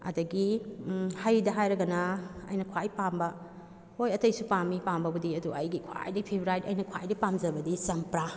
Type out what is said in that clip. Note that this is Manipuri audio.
ꯑꯗꯨꯗꯒꯤ ꯍꯩꯗ ꯍꯥꯏꯔꯒꯅ ꯑꯩꯅ ꯈ꯭ꯋꯥꯏ ꯄꯥꯝꯕ ꯍꯣꯏ ꯑꯇꯩꯁ ꯄꯥꯝꯃꯤ ꯄꯥꯝꯕꯕꯨꯗꯤ ꯑꯗꯨ ꯑꯩꯒꯤ ꯈ꯭ꯋꯥꯏꯗꯒꯤ ꯐꯦꯚꯔꯥꯏꯠ ꯈ꯭ꯋꯥꯏꯗꯒꯤ ꯄꯥꯝꯖꯕꯗꯤ ꯆꯝꯄ꯭ꯔꯥ